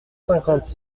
cinquante